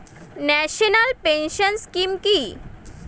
National pension scheme কি?